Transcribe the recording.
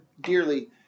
dearly